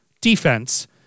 defense